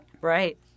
Right